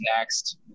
next